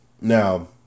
now